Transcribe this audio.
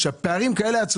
כאשר יש פערים עצומים